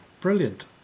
Brilliant